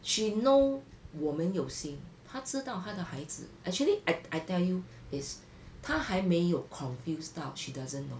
she know 我们有心她知道她的孩子 actually I I tell you is 她还没有 confused 到 she doesn't know